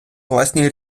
власні